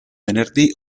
venerdì